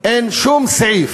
אין שום סעיף,